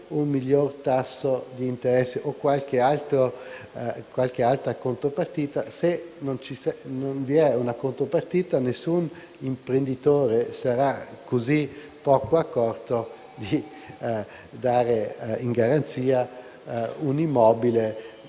un miglior tasso di interesse o qualche altra contropartita. Se non è così, nessun imprenditore sarà così poco accorto da dare in garanzia un immobile